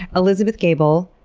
elizabeth gabel,